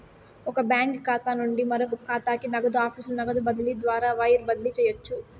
ఒక బాంకీ ఖాతా నుంచి మరో కాతాకి, నగదు ఆఫీసుల నగదు బదిలీ ద్వారా వైర్ బదిలీ చేయవచ్చు